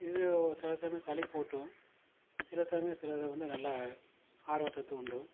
இது சில சமயம் சலிப்பூட்டும் சில சமயம் சிலது வந்து நல்லா ஆர்வத்தை தூண்டும்